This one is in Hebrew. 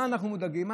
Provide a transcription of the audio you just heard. ממה אנחנו מודאגים?